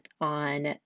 on